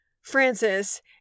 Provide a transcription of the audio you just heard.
Francis